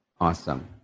Awesome